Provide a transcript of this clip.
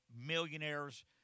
millionaires